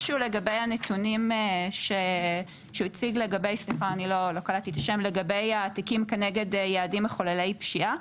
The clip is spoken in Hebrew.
משהו לגבי הנתונים שהציגו לגבי התיקים כנגד יעדים מחוללי פשיעה.